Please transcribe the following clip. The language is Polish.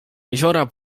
jeziora